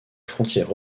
frontière